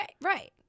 right